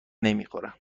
نمیخوره